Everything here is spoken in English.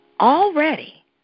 already